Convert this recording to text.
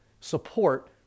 support